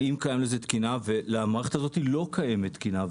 האם קיים לזה תקינה ולמערכת הזאת לא קיימת תקינה.